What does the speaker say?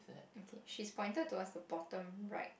okay she's pointed towards the bottom right